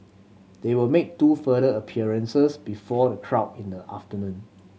they will make two further appearances before the crowd in the afternoon